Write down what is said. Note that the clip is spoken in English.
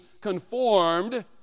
conformed